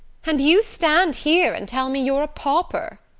and you stand here and tell me you're a pauper!